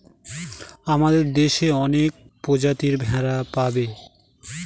আমাদের দেশে অনেক প্রজাতির ভেড়া পাবে